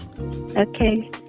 Okay